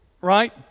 Right